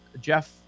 Jeff